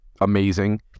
amazing